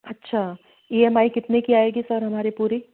अच्छा E M I कितने की आएगी सर हमारी पूरी